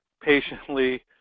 patiently